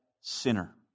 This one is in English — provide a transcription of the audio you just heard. sinner